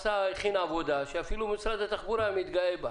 הכין עבודה שאפילו משרד התחבורה מתגאה בה.